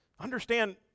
Understand